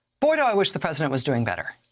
boy, do i wish the president was doing better.